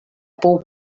pou